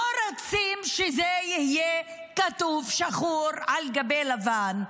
לא רוצים שזה יהיה כתוב שחור על גבי לבן,